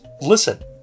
Listen